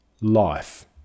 Life